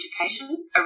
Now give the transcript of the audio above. education